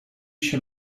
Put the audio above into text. się